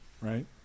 Right